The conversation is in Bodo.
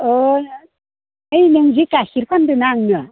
औ ओय नोंजे गाइखेर फानदो ना आंनो